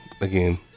Again